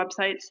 websites